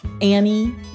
Annie